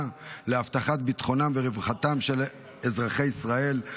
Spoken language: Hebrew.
להבטחת ביטחונם ורווחתם של אזרחי ישראל.